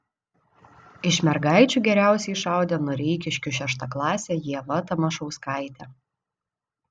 iš mergaičių geriausiai šaudė noreikiškių šeštaklasė ieva tamašauskaitė